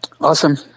Awesome